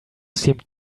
seemed